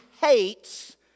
hates